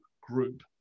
group